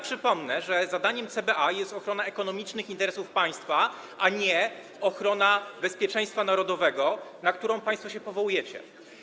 Przypomnę, że zadaniem CBA jest ochrona ekonomicznych interesów państwa, a nie ochrona bezpieczeństwa narodowego, na którą państwo się powołujecie.